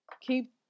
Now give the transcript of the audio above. Keep